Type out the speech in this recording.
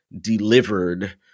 delivered